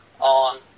on